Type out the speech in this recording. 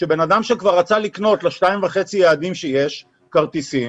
שבן אדם שכבר רצה לקנות לשניים וחצי היעדים שיש כרטיסים,